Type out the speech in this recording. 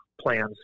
plans